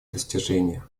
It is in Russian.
достижение